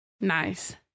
Nice